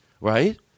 right